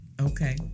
Okay